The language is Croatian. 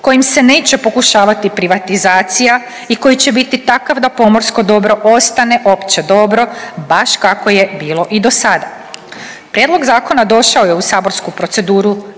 kojim se neće pokušavati privatizacija i koji će biti takav da pomorsko dobro ostane opće dobro, baš kako je bilo i dosada. Prijedlog zakona došao je u saborsku proceduru